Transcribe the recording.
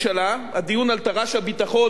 הדיון על תר"ש הביטחון ותקציב,